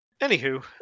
anywho